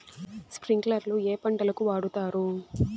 స్ప్రింక్లర్లు ఏ పంటలకు వాడుతారు?